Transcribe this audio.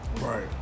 Right